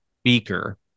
speaker